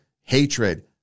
hatred